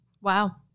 Wow